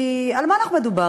כי על מה מדובר?